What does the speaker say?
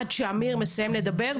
עד שאמיר מסיים לדבר,